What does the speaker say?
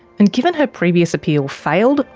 and given her previous appeal failed,